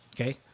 okay